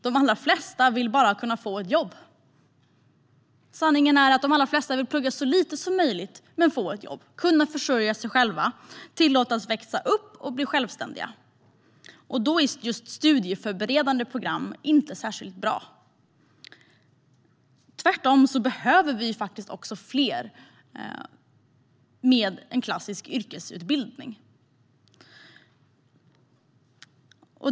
De allra flesta vill bara kunna få ett jobb. Sanningen är att de flesta vill plugga så lite som möjligt. Men de vill få ett jobb för att kunna försörja sig själva, tillåtas växa upp och bli självständiga. Då är just studieförberedande program inte särskilt bra. Tvärtom behövs det fler med en klassisk yrkesutbildning.